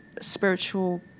spiritual